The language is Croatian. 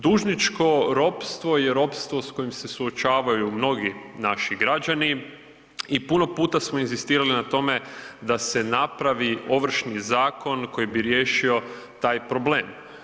Dužničko ropstvo je ropstvo je s kojim se suočavaju mnogi naši građani i puno puta smo inzistirali na tome da se napravi Ovršni zakon koji bi riješio taj problem.